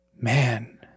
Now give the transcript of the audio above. man